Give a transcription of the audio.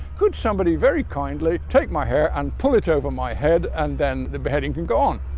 could somebody very kindly take my hair and pull it over my head, and then the beheading can go on.